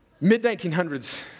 Mid-1900s